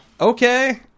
Okay